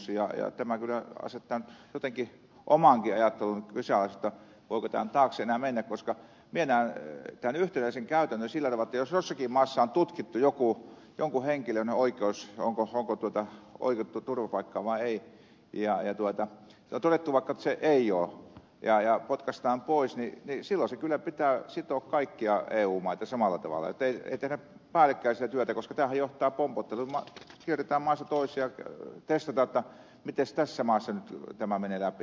tämä kyllä asettaa nyt jotenkin omankin ajattelun kyseenalaiseksi jotta voiko tämän taakse enää mennä koska minä näen tämän yhtenäisen käytännön sillä tavalla jotta jos jossakin maassa on tutkittu jonkun henkilön oikeus onko hän oikeutettu turvapaikkaan vai ei ja on todettu vaikka että ei ole ja potkaistaan pois niin silloin sen kyllä pitää sitoa kaikkia eu maita samalla tavalla jotta ei tehdä päällekkäistä työtä koska tämähän johtaa pompotteluun kierretään maasta toiseen ja testataan jotta mites tässä maassa tämä nyt menee läpi